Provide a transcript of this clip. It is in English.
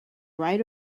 right